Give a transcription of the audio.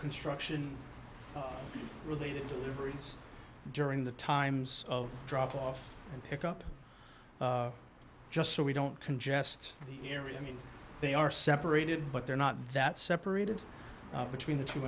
construction related to the ovaries during the times of drop off and pick up just so we don't congest the area i mean they are separated but they're not that separated between the two